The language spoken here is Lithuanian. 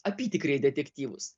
apytikriai detektyvus